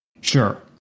sure